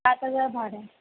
पाच हजार भाडं